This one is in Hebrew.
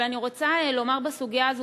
אבל אני רוצה לומר בסוגיה הזו,